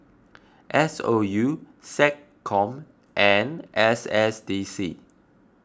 S O U SecCom and S S D C